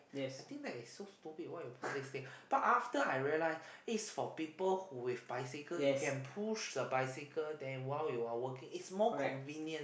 I think that is so stupid why you put these thing but after I realise is for people who with bicycle you can push the bicycle there while you are walking is more convenient